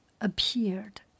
appeared